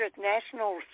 National